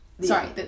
sorry